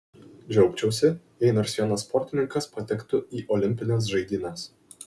džiaugčiausi jei nors vienas sportininkas patektų į olimpines žaidynes